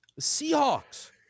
Seahawks